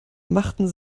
machten